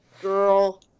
girl